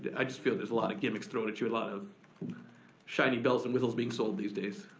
i just feel there's a lot of gimmicks thrown at you, a lot of shiny bells and whistles being sold these days.